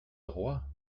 roi